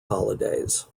holidays